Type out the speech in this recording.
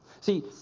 See